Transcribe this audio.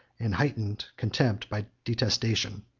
and heightened contempt by detestation.